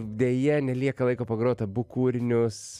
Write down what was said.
deja nelieka laiko pagrot abu kūrinius